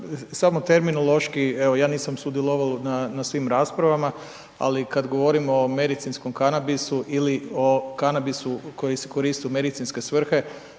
samo terminološki evo ja nisam sudjelovao na svim raspravama ali kad govorimo o medicinskom kanabisu ili o kanabisu koji se koristi u medicinske svrhe